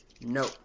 No